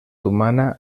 humana